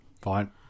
Fine